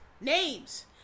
Names